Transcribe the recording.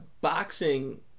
boxing